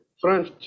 French